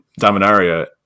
Dominaria